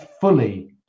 fully